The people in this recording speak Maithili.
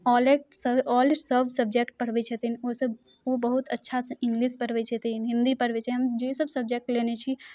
ओलेट औल सभ सब्जेक्ट पढ़बै छथिन ओ सभ ओ बहुत अच्छासँ इंग्लिश पढ़बै छथिन हिन्दी पढ़बै छै हम जे सभ सब्जेक्ट लेने छी